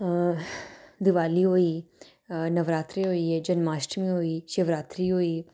दिवाली होई नराते होई गे जन्माष्टमी हो गेई शिव रात्री होई गेई